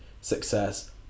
success